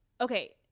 okay